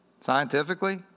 Scientifically